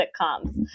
sitcoms